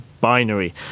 binary